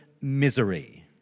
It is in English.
misery